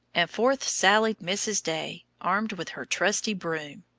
and forth sallied mrs. day, armed with her trusty broom.